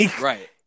Right